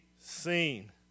seen